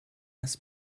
has